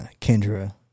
Kendra